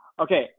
Okay